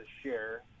share